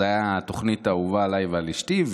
זו הייתה התוכנית האהובה עליי ועל אשתי,